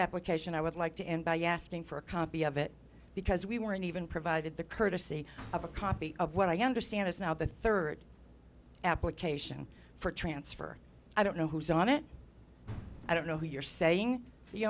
application i would like to end by asking for a copy of it because we weren't even provided the courtesy of a copy of what i understand is now the third application for transfer i don't know who's on it i don't know who you're saying